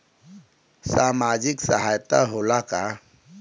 सामाजिक सहायता होला का?